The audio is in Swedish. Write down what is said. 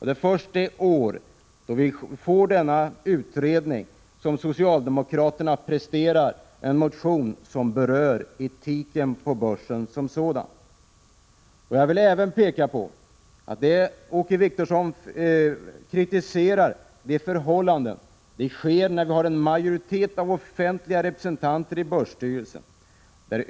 Det är först det år då vi får denna utredning som socialdemokraterna presterar en motion som berör etiken på börsen som sådan. När Åke Wictorsson kritiserar förhållandena, sker det i ett läge när vi har en majoritet av offentliga representanter i börsstyrelsen.